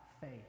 faith